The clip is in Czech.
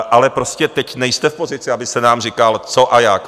Ale prostě teď nejste v pozici, abyste nám říkal, co a jak.